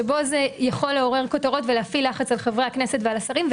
שבו זה יכול לעורר כותרות ולהפעיל לחץ על חברי הכנסת ועל השרים.